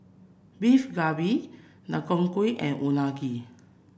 Beef Galbi Deodeok Gui and Unagi